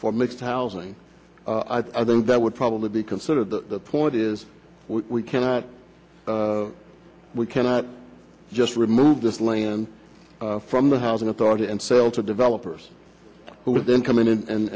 for mixed housing i think that would probably be considered the point is we cannot we cannot just remove this land from the housing authority and sell to developers who would then come in and